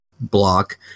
block